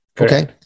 Okay